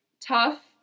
tough